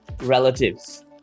relatives